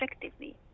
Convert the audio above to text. effectively